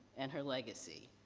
and her legacy.